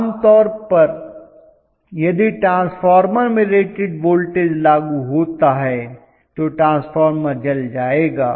आम तौर पर यदि ट्रांसफार्मर में रेटेड वोल्टेज लागू होता है तो ट्रांसफार्मर जल जाएगा